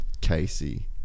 casey